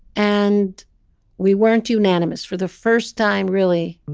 and we weren't unanimous for the first time, really,